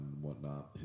whatnot